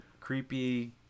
creepy